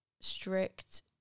strict